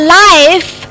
life